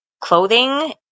clothing